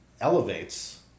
elevates